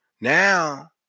now